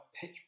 pitch